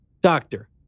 Doctor